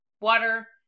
water